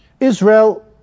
Israel